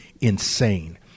insane